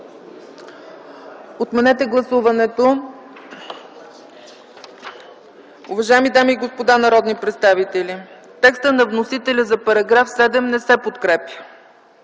Отменете гласуването. Уважаеми дами и господа народни представители, текстът на вносителя за § 7 не се подкрепя.